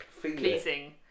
pleasing